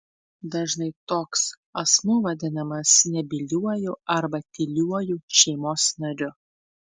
dažnai toks asmuo vadinamas nebyliuoju arba tyliuoju šeimos nariu